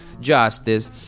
justice